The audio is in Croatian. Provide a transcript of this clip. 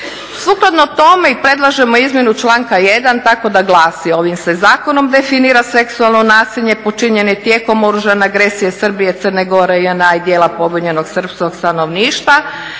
Sukladno tome predlažemo izmjenu članka 1. tako da glasi: "Ovim se zakonom definira seksualno nasilje počinjeno tijekom oružane agresije Srbije, Crne Gore, JNA i dijela pobunjenog srpskog stanovništva